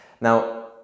Now